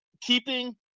keeping